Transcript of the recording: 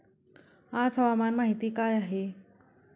आज हवामान माहिती काय आहे?